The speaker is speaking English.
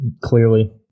clearly